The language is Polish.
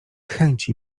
chęci